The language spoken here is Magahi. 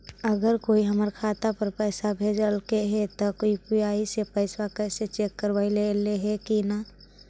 अगर कोइ हमर खाता पर पैसा भेजलके हे त यु.पी.आई से पैसबा कैसे चेक करबइ ऐले हे कि न?